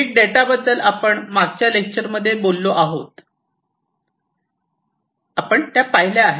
big data बद्दल आपण मागच्या लेक्चर मध्ये बोललो आहोत पाहिल्या आहेत